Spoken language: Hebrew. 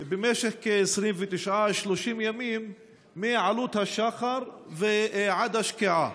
במשך 29 30 ימים מעלות השחר ועד השקיעה,